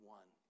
one